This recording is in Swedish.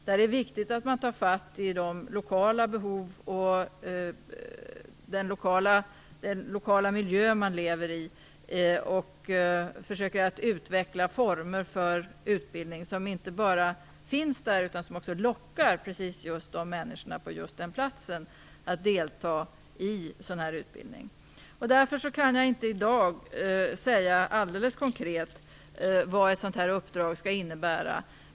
Det är viktigt att ta tag i de lokala behoven och den lokala miljö som människor lever i och att försöka utveckla former för utbildning som inte bara finns där utan som också lockar just vissa människor på en plats att delta i sådan här utbildning. Därför kan jag i dag inte alldeles konkret säga vad ett sådant här uppdrag skall innebära.